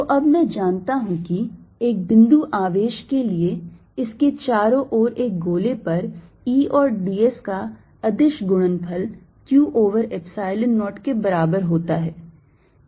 तो अब मैं जानता हूं कि एक बिंदु आवेश के लिए इसके चारों ओर एक गोले पर E और d s का अदिश गुणनफल q over Epsilon 0 के बराबर होता है